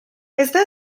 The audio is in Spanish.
está